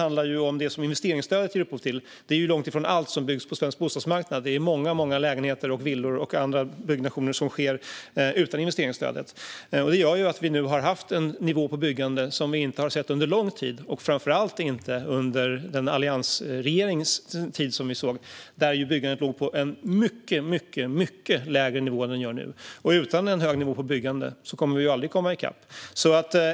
Det handlar om det som investeringsstödet ger upphov till, vilket är långt ifrån allt som byggs på svensk bostadsmarknad. Många lägenheter, villor och annat byggs utan investeringsstöd. Detta gör att vi nu har haft en nivå på byggandet som vi inte har sett under lång tid och framför allt inte under alliansregeringens tid, då byggandet låg på en mycket lägre nivå än det gör nu. Utan en hög nivå på byggandet kommer vi aldrig att komma ikapp.